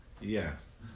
Yes